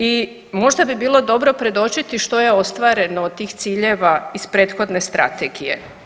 I možda bi bilo dobro predočiti što je ostvareno od tih ciljeva iz prethodne strategije.